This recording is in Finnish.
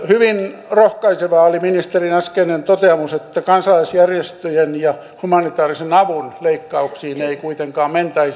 hyvin rohkaisevaa oli ministerin äskeinen toteamus että kansalaisjärjestöjen ja humanitaarisen avun leikkauksiin ei kuitenkaan mentäisi